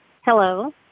Hello